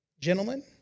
Gentlemen